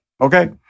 okay